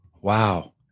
Wow